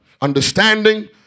understanding